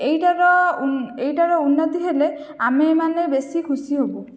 ଏଇଟାର ଏଇଟାର ଉନ୍ନତି ହେଲେ ଆମେମାନେ ବେଶି ଖୁସୀ ହବୁ